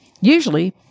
usually